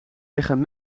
liggen